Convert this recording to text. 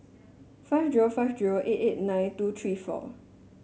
five zero five zero eight eight nine two three four